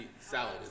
salad